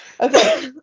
Okay